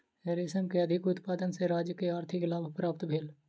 रेशम के अधिक उत्पादन सॅ राज्य के आर्थिक लाभ प्राप्त भेल